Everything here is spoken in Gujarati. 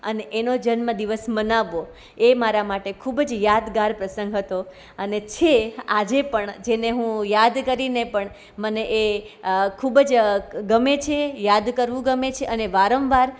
અને એનો જન્મદિવસ મનાવવો એ મારા માટે ખૂબ જ યાદગાર પ્રસંગ હતો ને છે આજે પણ જેને હું યાદ કરીને પણ મને એ ખૂબ જ ગમે છે યાદ કરવું ગમે છે અને વારંવાર